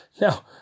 Now